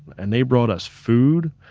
and they brought us food.